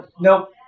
Nope